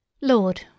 Lord